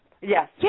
Yes